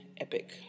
epic